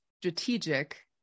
strategic